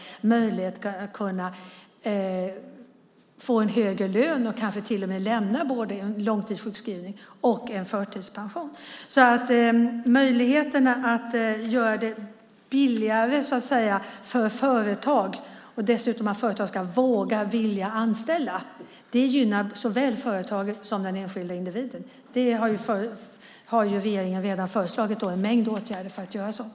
De får möjlighet att få en högre lön och kanske till och med lämna både en långtidssjukskrivning och en förtidspension. Detta ger möjligheter att göra det billigare för företag och dessutom att få dem att våga vilja anställa. Det gynnar såväl företagen som den enskilde individen. Regeringen har redan föreslagit en mängd åtgärder för att uppnå detta.